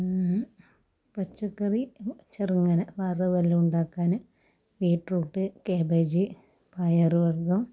പച്ചക്കറി ചെർങ്ങനെ വർവെല്ല ഉണ്ടാക്കാന് ബീട്രൂട്ട് കാബേജ് പയറ് വർഗം